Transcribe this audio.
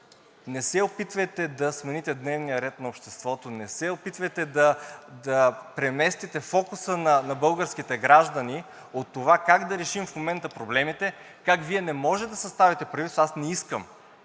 не се опитвайте да смените дневния ред на обществото, не се опитвайте да преместите фокуса на българските граждани от това как да решим в момента проблемите, как Вие не можете да съставите правителство, аз не искам